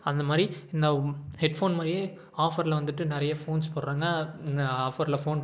அந்த மாதிரி இந்த ஹெட்ஃபோன் மாதிரியே ஆஃபரில் வந்துட்டு நிறைய ஃபோன்ஸ் போடுறாங்க ஆஃபரில் ஃபோன்